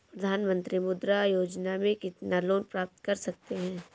प्रधानमंत्री मुद्रा योजना में कितना लोंन प्राप्त कर सकते हैं?